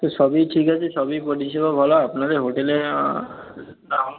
সবই ঠিক আছে সবই পরিষেবা ভালো আপনাদের হোটেলে নাম